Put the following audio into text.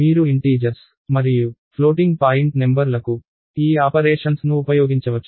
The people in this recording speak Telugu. మీరు ఇంటీజర్స్ మరియు ఫ్లోటింగ్ పాయింట్ నెంబర్ లకు ఈ ఆపరేషన్స్ ను ఉపయోగించవచ్చు